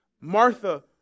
Martha